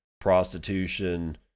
prostitution